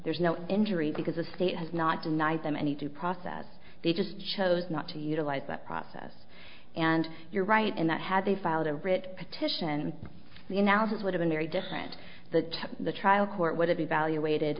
there's no injury because the state has not denied them any due process they just chose not to utilize that process and you're right in that had they filed a writ petition the announcers would have a very different that the trial court would have evaluated